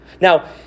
Now